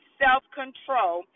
self-control